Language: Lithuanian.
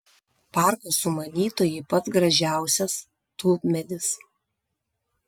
parko sumanytojai pats gražiausias tulpmedis